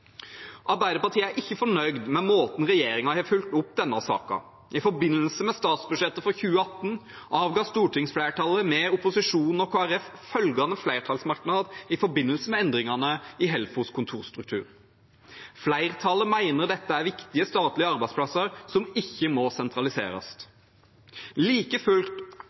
Arbeiderpartiet er ikke fornøyd med måten regjeringen har fulgt opp denne saken på. I forbindelse med statsbudsjettet for 2018 avga stortingsflertallet, ved opposisjonen og Kristelig Folkeparti, følgende flertallsmerknad i forbindelse med endringene i Helfos kontorstruktur: «Flertallet mener at dette er viktige statlige arbeidsplasser som ikke må sentraliseres.» Like fullt